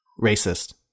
racist